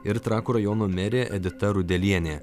ir trakų rajono merė edita rudelienė